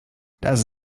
das